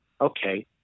Okay